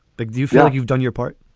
like do you feel like you've done your part?